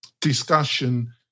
discussion